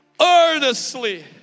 earnestly